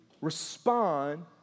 respond